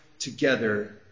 together